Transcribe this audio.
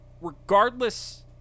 regardless